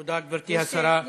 תודה, גברתי השרה.